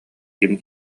ким